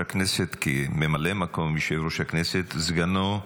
כממלא מקום יושב-ראש הכנסת וסגנו,